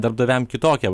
darbdaviam kitokią